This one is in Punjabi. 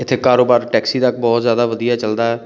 ਇੱਥੇ ਕਾਰੋਬਾਰ ਟੈਕਸੀ ਦਾ ਬਹੁਤ ਜ਼ਿਆਦਾ ਵਧੀਆ ਚੱਲਦਾ